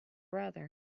brother